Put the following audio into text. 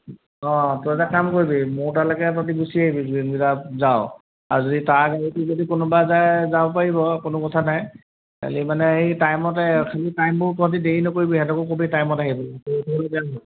অঁ তই এটা কাম কৰিবি মোৰ তালৈকে তহঁতি গুচি আহিবি যোনকেইটা যাৱ আৰু যদি তাৰ গাড়ীটো যদি কোনোবা যায় যাব পাৰিব কোনো কথা নাই খালি মানে সেই টাইমতে খালি টাইমবোৰ তহঁতি দেৰি নকৰিবি হিহঁতকো ক'বি টাইমত আহিবলৈ